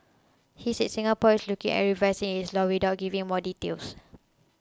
he said Singapore is looking at revising its laws without giving more details